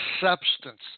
substance